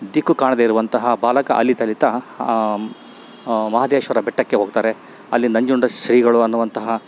ದಿಕ್ಕು ಕಾಣದೇ ಇರುವಂತಹ ಬಾಲಕ ಅಲೀತಾ ಅಲೀತಾ ಮಹದೇಶ್ವರ ಬೆಟ್ಟಕ್ಕೆ ಹೋಗ್ತಾರೆ ಅಲ್ಲಿ ನಂಜುಂಡ ಶ್ರೀಗಳು ಅನ್ನುವಂತಹ